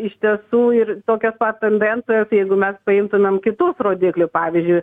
iš tiesų ir tokios pat tendencijos jeigu mes paimtumėm kitus rodiklį pavyzdžiui